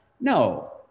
no